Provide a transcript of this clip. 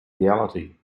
reality